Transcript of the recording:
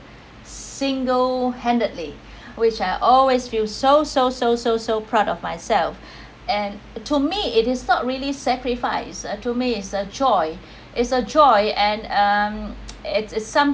single handedly which I always feel so so so so so proud of myself and to me it is not really sacrifice to me is a joy is a joy and um it's it's